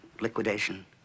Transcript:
liquidation